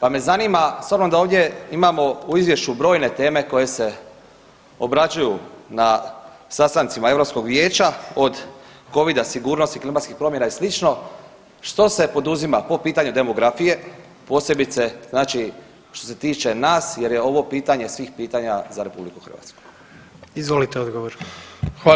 pa me zanima s obzirom da ovdje imamo u izvješću brojne teme koje se obrađuju na sastancima Europskog vijeća od covida, sigurnosti, klimatskih promjena i slično, što se poduzima po pitanju demografije, posebice znači što se tiče nas jer je ovo pitanje svih pitanja za RH?